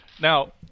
Now